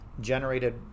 generated